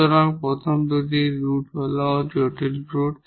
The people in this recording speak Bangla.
সুতরাং এই প্রথম দুটি রুট হল কমপ্লেক্স রুট